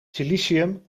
silicium